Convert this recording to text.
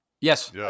Yes